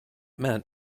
meant